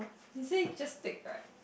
you see just tick right